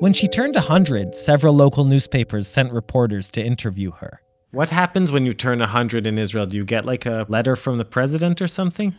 when she turned a hundred several local newspapers sent reporters to interview her what happens when you turn a hundred in israel? do you get like a letter from the president or something?